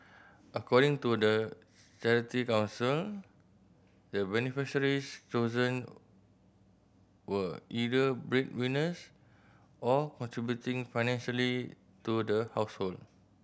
according to the Charity Council the beneficiaries chosen were either bread winners or contributing financially to the household